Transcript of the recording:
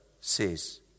says